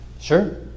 Sure